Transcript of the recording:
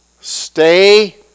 Stay